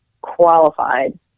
qualified